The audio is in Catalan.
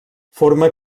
forma